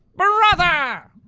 brother!